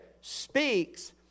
speaks